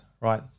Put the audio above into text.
right